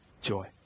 Joy